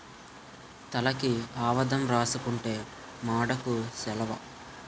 తలకి ఆవదం రాసుకుంతే మాడుకు సలవ